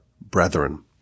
brethren